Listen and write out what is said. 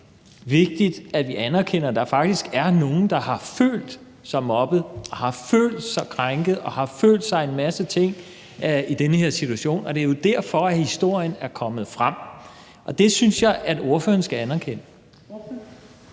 rigtig vigtigt, at vi anerkender, at der faktisk er nogle, som har følt sig mobbet, har følt sig krænket og har følt sig en masse ting i den her situation. Det er jo derfor, historien er kommet frem. Det synes jeg ordføreren skal anerkende.